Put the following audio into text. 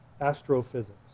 astrophysics